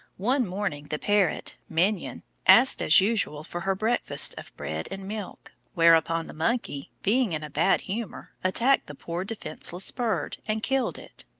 one morning the parrot, mignonne, asked as usual for her breakfast of bread and milk, whereupon the monkey, being in a bad humour, attacked the poor defenceless bird, and killed it.